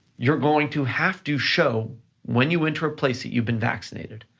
you're going to have to show when you went to a place that you've been vaccinated,